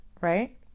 right